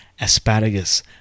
asparagus